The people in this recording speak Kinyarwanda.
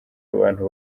abantu